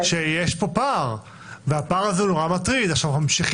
אני שומע פה שנאמר גם שיו"ר הוועדה ועוד חברים